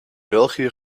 belgië